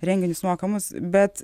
renginius mokamus bet